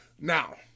Now